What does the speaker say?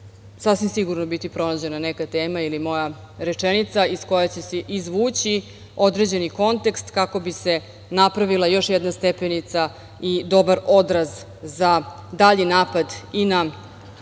sasvim sigurno biti pronađena neka tema ili moja rečenica iz koje će se izvući određeni kontekst kako bi se napravila još jedna stepenica i dobar odraz za dalji napad i na